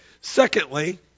Secondly